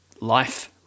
life